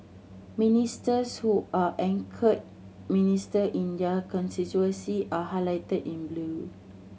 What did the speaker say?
ministers who are anchor minister in their constituency are highlighted in blue